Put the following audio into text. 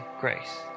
grace